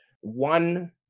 one